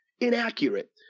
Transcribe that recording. Inaccurate